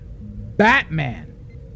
Batman